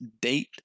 date